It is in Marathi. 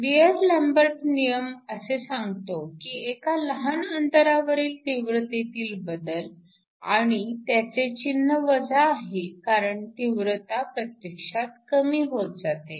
बिअर लंबर्ट नियम असे सांगतो की एका लहान अंतरावरील तीव्रतेतील बदल आणि त्याचे चिन्ह वजा आहे कारण तीव्रता प्रत्यक्षात कमी होत जाते